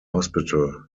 hospital